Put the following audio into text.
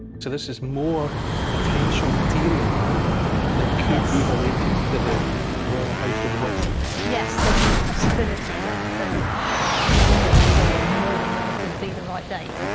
this is more potential material that could be related to the royal house of wessex? yes, there's a possibility that that any one of these, or more than one, could be the right date.